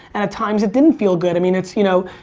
and at times, it didn't feel good. i mean, it's, you know,